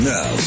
Now